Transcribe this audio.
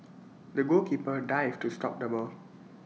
the goalkeeper dived to stop the ball